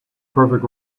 perfect